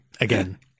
again